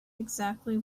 exactly